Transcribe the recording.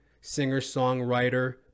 singer-songwriter